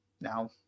Now